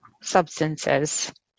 substances